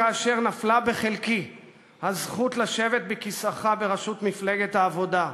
כאשר נפלה בחלקי הזכות לשבת בכיסאך בראשות מפלגת העבודה,